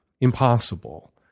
impossible